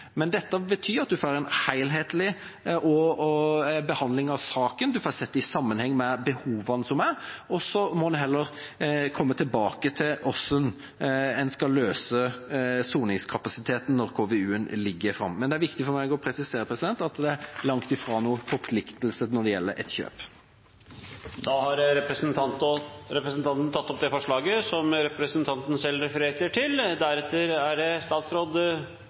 Men det betyr at en får en helhetlig behandling av saken, en får sett den i sammenheng med behovene, og så må en heller komme tilbake til hvordan en skal løse soningskapasiteten når konseptvalgutredningen foreligger. Men det er viktig for meg å presisere at det langt ifra er noen forpliktelse når det gjelder et kjøp. Representanten har tatt opp det forslaget han refererte til. Jeg synes det er